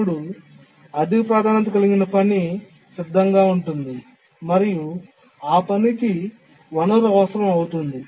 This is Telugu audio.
అప్పుడు అధిక ప్రాధాన్యత కలిగిన పని సిద్ధంగా ఉంటుంది మరియు ఆ పనికి వనరు అవసరం అవుతుంది